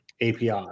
API